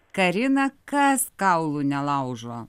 karina kas kaulų nelaužo